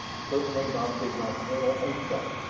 certainly not the nocturnal ape-things.